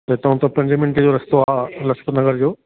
जितो हुतों पंजे मिंटे जो रस्तो आहे लाजपत नगर जो